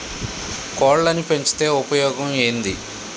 కోళ్లని పెంచితే ఉపయోగం ఏంది?